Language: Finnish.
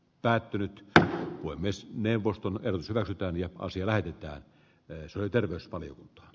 päättynyt tää voi myös neuvoston odotetaan joko sillä tyttö ei syö terveysvalio p